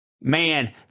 man